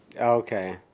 Okay